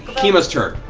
kima's turn.